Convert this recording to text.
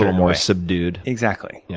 ah more subdued? exactly.